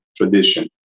tradition